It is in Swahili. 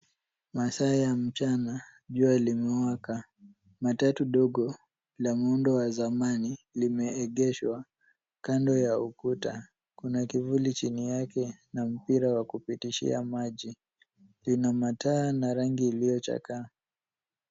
Masaa ya mchanga jua limewaka. Matatu dogo la muundo wa zamani limeegeshwa kando ya ukuta. Kuna kivuli chini yake na mpira wa kupitishia maji. Lina mataa na rangi iliyo chakaa.